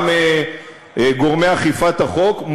גם גורמי אכיפת החוק,